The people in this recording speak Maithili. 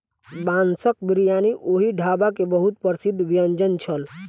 बांसक बिरयानी ओहि ढाबा के बहुत प्रसिद्ध व्यंजन छल